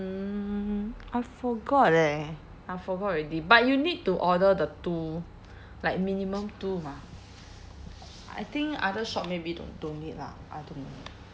mm I forgot leh I forgot already but you need to order the two like minimum two mah I think other shop maybe don't don't need lah I don't know